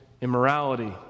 immorality